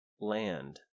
land